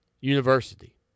University